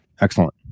Excellent